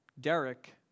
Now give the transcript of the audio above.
Derek